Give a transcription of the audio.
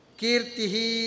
kirtihi